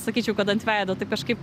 sakyčiau kad ant veido tai kažkaip